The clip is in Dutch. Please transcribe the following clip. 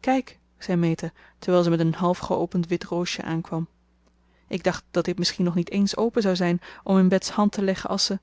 kijk zei meta terwijl ze met een half geopend wit roosje aankwam ik dacht dat dit misschien nog niet eens open zou zijn om in bets hand te leggen als ze